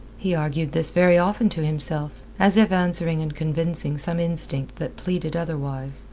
he argued this very often to himself, as if answering and convincing some instinct that pleaded otherwise,